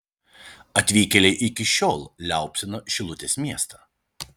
atvykėliai iki šiol liaupsina šilutės miestą